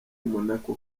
monaco